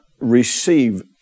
receive